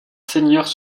seigneurs